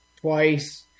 twice